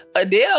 Adele